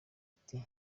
ati